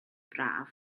braf